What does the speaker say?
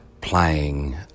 playing